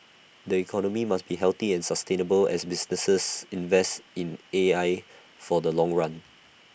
the economy must be healthy and sustainable as businesses invest in A I for the long run